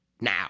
now